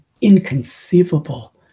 inconceivable